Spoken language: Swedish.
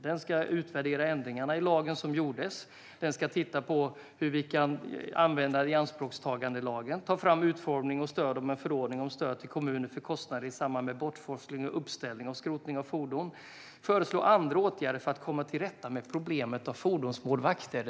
Den ska utvärdera de lagändringar som gjordes, titta på hur vi kan använda ianspråktagandelagen, "ta fram utformning av en förordning om stöd till kommuner för kostnader i samband med bortforsling, uppställning och skrotning av fordon" och "föreslå andra åtgärder för att komma till rätta med problemet med fordonsmålvakter".